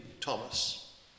Thomas